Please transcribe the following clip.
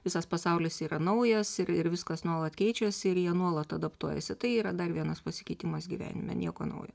visas pasaulis yra naujas ir ir viskas nuolat keičiasi ir jie nuolat adaptuojasi tai yra dar vienas pasikeitimas gyvenime nieko naujo